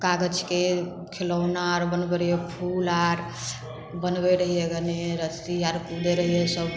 कागजके खेलौना आर बनबै रहिए फूल आर बनबै रहिए गने रस्सी आर कूदे रहिए सब